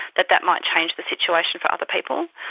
that that might change the situation for other people.